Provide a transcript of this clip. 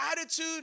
attitude